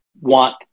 Want